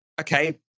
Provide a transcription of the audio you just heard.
okay